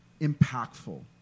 impactful